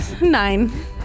Nine